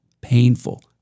painful